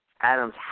Adams